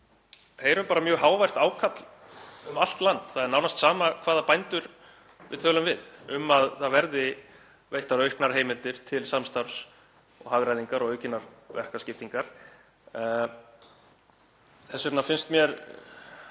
heyrum mjög hávært ákall um allt land, það er nánast sama hvaða bændur við tölum við, um að það verði veittar auknar heimildir til samstarfs og hagræðingar og aukinnar verkaskiptingar. Þess vegna finnst mér